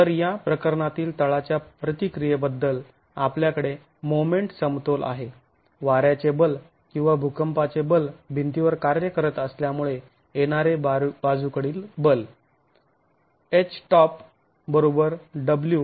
तर या प्रकरणातील तळाच्या प्रतिक्रियेबद्दल आपल्याकडे मोमेंट समतोल आहे वाऱ्याचे बल किंवा भूकंपाचे बल भिंतीवर कार्य करत असल्यामुळे येणारे बाजूकडील बल Htop w